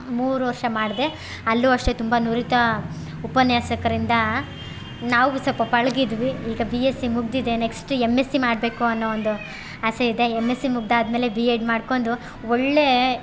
ಮೂರು ವರ್ಷ ಮಾಡಿದೆ ಅಲ್ಲು ಅಷ್ಟೆ ತುಂಬ ನುರಿತ ಉಪನ್ಯಾಸಕರಿಂದ ನಾವು ಸ್ವಲ್ಪ ಪಳಗಿದ್ವಿ ಈಗ ಬಿ ಎಸ್ ಸಿ ಮುಗಿದಿದೆ ನೆಕ್ಸ್ಟ್ ಎಮ್ ಎಸ್ ಸಿ ಮಾಡಬೇಕು ಅನ್ನೋ ಒಂದು ಆಸೆ ಇದೆ ಎಮ್ ಎಸ್ ಸಿ ಮುಗಿದಾದ್ಮೇಲೆ ಬಿ ಎಡ್ ಮಾಡ್ಕೊಂಡು ಒಳ್ಳೆ